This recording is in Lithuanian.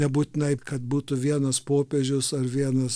nebūtinai kad būtų vienas popiežius ar vienas